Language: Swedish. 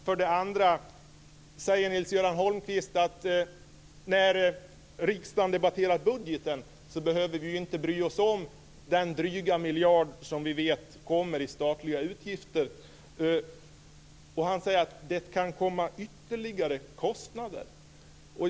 För det andra säger Nils-Göran Holmqvist att när riksdagen debatterar budgeten behöver vi inte bry oss om den dryga miljard som vi vet kommer i statliga utgifter. Han säger också att det kan komma ytterligare kostnader.